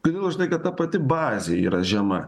todėl žinai kad ta pati bazė yra žema